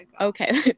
Okay